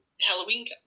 Halloween